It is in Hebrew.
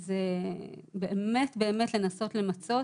זה באמת-באמת לנסות למצות.